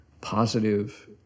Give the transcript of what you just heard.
positive